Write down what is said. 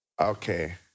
okay